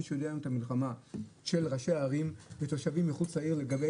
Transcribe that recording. מי שיודע את המלחמה של ראשי הערים בתושבים מחוץ לעיר לגבי